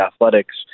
Athletics